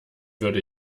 würde